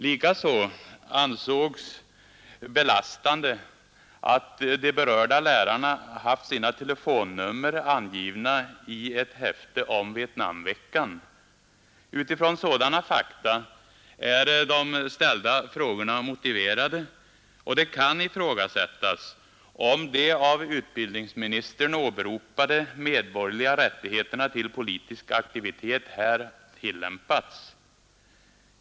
Likaså ansågs belastande att de berörda lärarna haft sina telefonnummer angivna i ett häfte om Vietnamveckan! Utifrån sådana fakta är de ställda frågorna motiverade, och det kan ifrågasättas om de av utbildningsministern åberopade medborgerliga rättigheterna till politisk aktivitet här tillämpats.